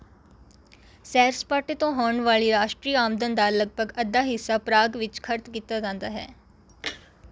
ਸੈਰ ਸਪਾਟੇ ਤੋਂ ਹੋਣ ਵਾਲੀ ਰਾਸ਼ਟਰੀ ਆਮਦਨ ਦਾ ਲਗਭਗ ਅੱਧਾ ਹਿੱਸਾ ਪਰਾਗ ਵਿੱਚ ਖ਼ਰਚ ਕੀਤਾ ਜਾਂਦਾ ਹੈ